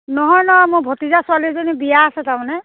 নহয় নহয় মোৰ ভতিজা ছোৱালীজনীৰ বিয়া আছে তাৰমানে